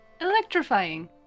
Electrifying